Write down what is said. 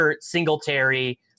Singletary